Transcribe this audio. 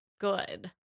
good